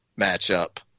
matchup